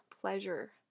pleasure